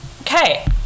okay